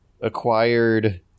acquired